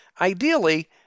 Ideally